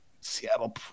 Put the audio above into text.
Seattle